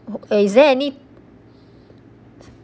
is there any